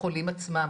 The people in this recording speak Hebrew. החולים עצמם.